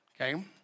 okay